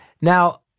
Now